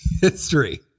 history